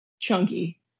chunky